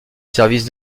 services